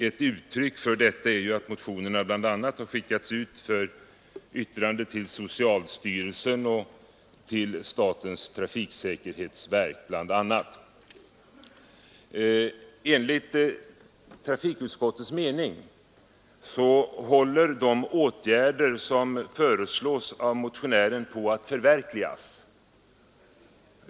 Ett uttryck för detta är att motionerna har skickats ut till bl.a. socialstyrelsen och statens trafiksäkerhetsverk för yttrande. Enligt trafikutskottets mening håller de åtgärder som föreslås av motionärerna på att förverkligas.